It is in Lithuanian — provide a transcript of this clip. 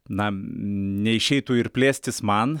na neišeitų ir plėstis man